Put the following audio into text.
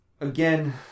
Again